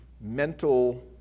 mental